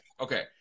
Okay